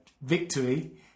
victory